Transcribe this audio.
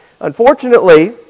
Unfortunately